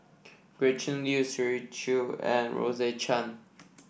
Gretchen Liu Shirley Chew and Rose Chan